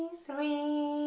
three,